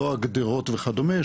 לא הגדרות וכדומה,